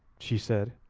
she said.